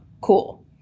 cool